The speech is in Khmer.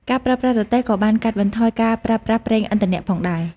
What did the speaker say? ការប្រើប្រាស់រទេះក៏បានកាត់បន្ថយការប្រើប្រាស់ប្រេងឥន្ធនៈផងដែរ។